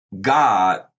God